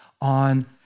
on